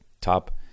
top